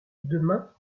demain